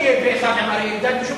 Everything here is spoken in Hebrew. בחיים לא יהיה פה-אחד עם אריה אלדד.